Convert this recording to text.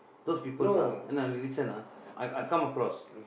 those peoples ah eh no you listen ah I I come across